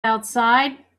outside